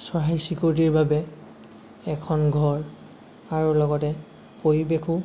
চৰাই চিৰিকটিৰ বাবে এখন ঘৰ আৰু লগতে পৰিৱেশো